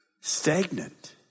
Stagnant